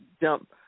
jump